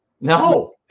no